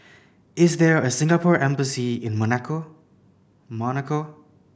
is there a Singapore Embassy in Monaco Monaco